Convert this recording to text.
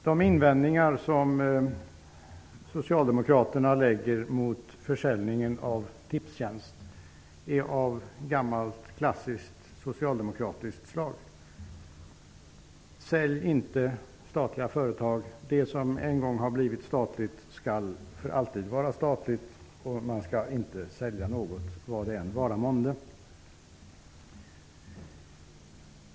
Herr talman! De invändningar som socialdemokraterna har mot försäljningen av Tipstjänst är av gammalt klassiskt socialdemokratiskt slag: Sälj inte statliga företag! Det som en gång har blivit statligt skall för alltid vara statligt. Man skall inte sälja något, vad det än vara månde.